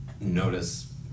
notice